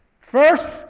first